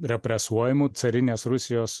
represuojamų carinės rusijos